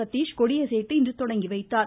சதீஷ் கொடியசைத்து இன்று துவக்கிவைத்தார்